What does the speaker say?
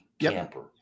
camper